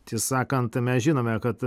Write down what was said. tiesą sakant mes žinome kad